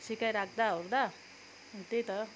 सिकाई राख्दा ओर्दा त्यही त